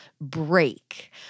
break